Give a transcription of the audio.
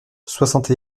soixante